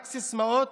רק סיסמאות